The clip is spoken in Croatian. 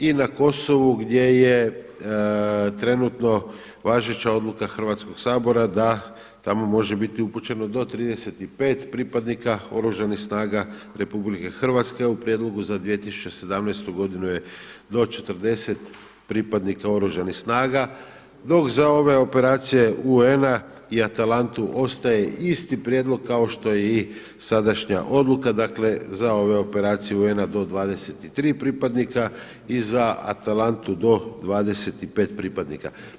I na Kosovu gdje je trenutno važeća odluka Hrvatskog sabora da tamo može biti upućeno do 35 pripadnika Oružanih snaga RH, a u prijedlogu za 2017. godinu je do 40 pripadnika Oružanih snaga, dok za ove operacije UN-a i Atalantu ostaje isti prijedlog kao što je i sadašnja odluka dakle za ove operacije UN-a do 23 pripadnika i za Atalantu do 25 pripadnika.